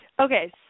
Okay